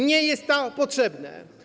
Nie jest to potrzebne.